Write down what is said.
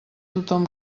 tothom